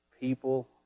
people